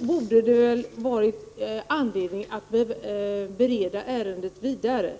borde det ha funnits anledning att bereda ärendet vidare.